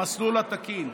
במסלול התקין.